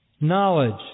Knowledge